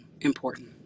important